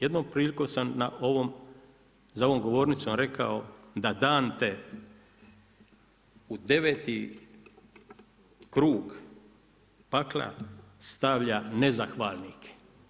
Jednom prilikom sam za ovom govornicom rekao da Dante u 9. krug pakla stavlja nezahvalnike.